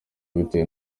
bitewe